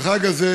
החג הזה,